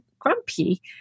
grumpy